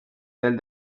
del